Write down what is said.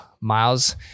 Miles